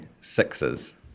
sixes